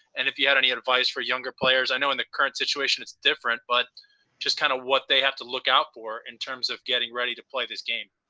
and if you had any advice for younger players, i know in the current situation is different, but just kinda kind of what they have to look out for in terms of getting ready to play this game.